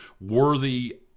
worthy